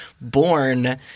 born